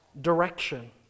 direction